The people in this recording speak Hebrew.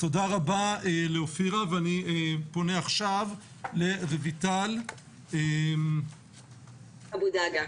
אני פונה עכשיו לרויטל אבו דגה,